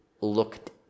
looked